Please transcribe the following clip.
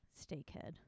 Steakhead